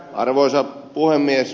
arvoisa puhemies